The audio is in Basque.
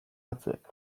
batzuek